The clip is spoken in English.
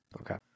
Okay